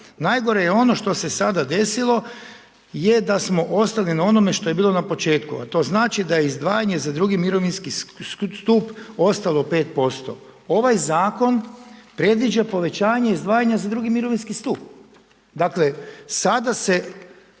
Najgore je ono što se sada desilo je da smo ostali na onome što je bilo na početku, a to znači da je izdvajanje za II. mirovinski stup ostalo 5%. Ovaj zakon predviđa povećanje izdvajanja za II. mirovinski stup. Dakle, sada se,